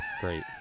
Great